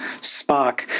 Spock